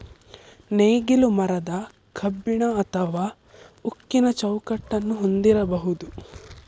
ನೇಗಿಲು ಮರದ, ಕಬ್ಬಿಣ ಅಥವಾ ಉಕ್ಕಿನ ಚೌಕಟ್ಟನ್ನು ಹೊಂದಿರಬಹುದು